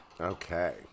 Okay